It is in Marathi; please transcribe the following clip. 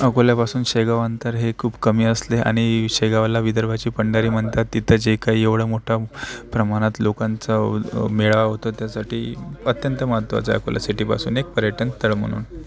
अकोल्यापासून शेगाव अंतर हे खूप कमी असले आणि शेगावला विदर्भाची पंढरी म्हणतात तिथं जे काही एवढा मोठा प्रमाणात लोकांचा मेळावा होतो त्यासाठी अत्यंत महत्त्वाचं आहे अकोला सिटीपासून एक पर्यटन स्थळ म्हणून